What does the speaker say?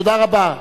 תודה רבה.